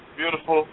beautiful